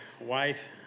wife